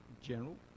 general